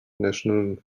national